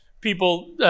people